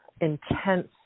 intense